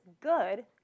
good